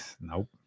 nope